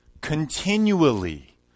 continually